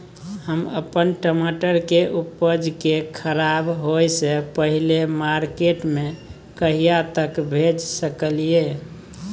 हम अपन टमाटर के उपज के खराब होय से पहिले मार्केट में कहिया तक भेज सकलिए?